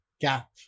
gap